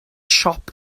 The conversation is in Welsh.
siop